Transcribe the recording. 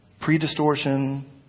pre-distortion